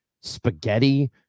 spaghetti